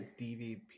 dvp